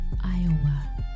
Iowa